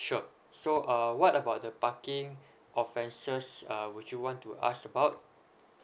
sure so err what about the parking offenses uh would you want to ask about